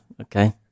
okay